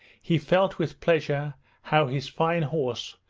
he felt with pleasure how his fine horse,